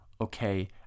okay